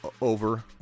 over